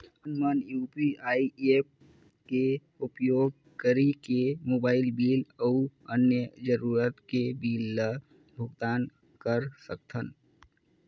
हमन मन UPI apps के उपयोग करिके मोबाइल बिल अऊ अन्य जरूरत के बिल ल भुगतान कर सकथन